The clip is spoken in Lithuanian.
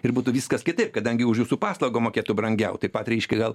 ir būtų viskas kitaip kadangi už jūsų paslaugą mokėtų brangiau taip pat reiškia gal